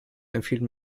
empfiehlt